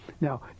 Now